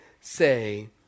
say